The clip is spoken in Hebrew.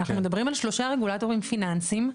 אנחנו מדברים על שלושה רגולטורים פיננסיים,